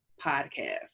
podcast